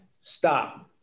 Stop